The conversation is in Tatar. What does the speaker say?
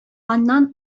аннан